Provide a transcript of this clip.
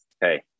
Hey